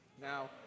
Now